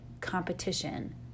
competition